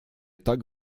tak